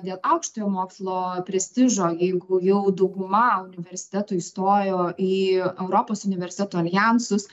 dėl aukštojo mokslo prestižo jeigu jau dauguma universitetų įstojo į europos universitetų aljansus